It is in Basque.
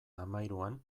hamahiruan